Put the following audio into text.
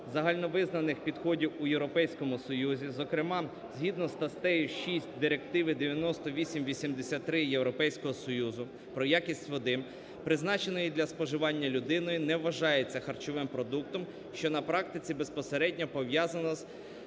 загальновизнаних підходів у Європейському Союзі, зокрема згідно з статтею 6 директиви 9883 Європейського Союзу про якість води, призначеної для споживання людиною, не вважається харчовим продуктом, що на практиці безпосередньо пов'язано з